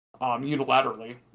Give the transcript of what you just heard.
unilaterally